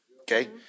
Okay